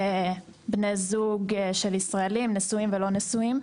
בני זוג של ישראלים נשואים ולא נשואים.